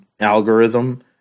algorithm